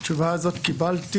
את התשובה הזאת קיבלתי